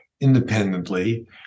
independently